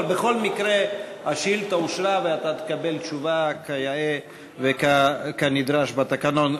אבל בכל מקרה השאילתה אושרה ואתה תקבל תשובה כיאה וכנדרש בתקנון.